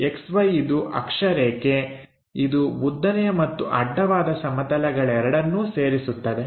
XY ಇದು ಅಕ್ಷರೇಖೆ ಇದು ಉದ್ದನೆಯ ಮತ್ತು ಅಡ್ಡವಾದ ಸಮತಲಗಳೆರಡನ್ನೂ ಸೇರಿಸುತ್ತದೆ